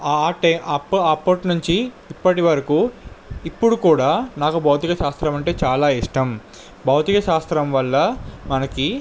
ఆ ఆటే అప్పు అప్పటి నుంచి ఇప్పటివరకు ఇప్పుడు కూడా నాకు భౌతిక శాస్త్రం అంటే చాలా ఇష్టం భౌతిక శాస్త్రం వల్ల మనకు